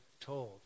told